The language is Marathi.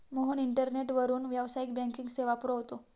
मोहन इंटरनेटवरून व्यावसायिक बँकिंग सेवा वापरतो